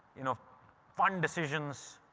you know fun decisions